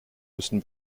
müssen